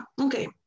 okay